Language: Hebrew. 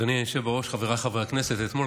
אדוני היושב בראש, חבריי חברי הכנסת, אתמול